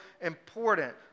important